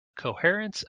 coherence